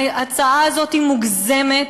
ההצעה הזאת היא מוגזמת.